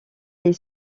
est